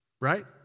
right